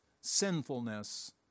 sinfulness